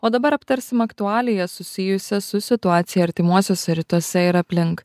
o dabar aptarsim aktualijas susijusias su situacija artimuosiuose rytuose ir aplink